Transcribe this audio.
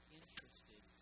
interested